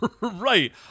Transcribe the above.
Right